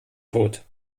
tod